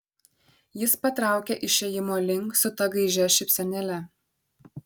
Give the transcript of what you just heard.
jis patraukė išėjimo link su ta gaižia šypsenėle